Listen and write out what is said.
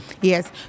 yes